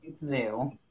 Zoo